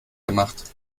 gemacht